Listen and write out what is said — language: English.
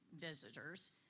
visitors